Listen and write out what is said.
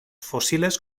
fósiles